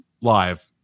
live